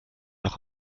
noch